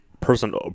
Person